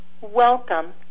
welcome